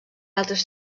altres